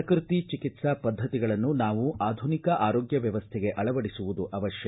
ಪ್ರಕೃತಿ ಚಿಕಿತ್ಸಾ ಪದ್ಧತಿಗಳನ್ನು ನಾವು ಆಧುನಿಕ ಆರೋಗ್ಯ ವ್ವವಸ್ಥಗೆ ಅಳವಡಿಸುವುದು ಅವಶ್ಯ